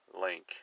link